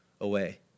away